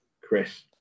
Chris